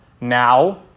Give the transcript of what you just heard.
Now